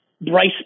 Bryce